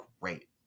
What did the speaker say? great